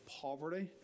poverty